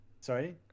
sorry